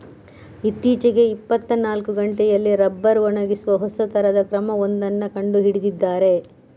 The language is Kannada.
ಇತ್ತೀಚೆಗೆ ಇಪ್ಪತ್ತನಾಲ್ಕು ಗಂಟೆಯಲ್ಲಿ ರಬ್ಬರ್ ಒಣಗಿಸುವ ಹೊಸ ತರದ ಕ್ರಮ ಒಂದನ್ನ ಕಂಡು ಹಿಡಿದಿದ್ದಾರೆ